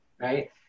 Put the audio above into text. Right